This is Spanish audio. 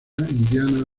indiana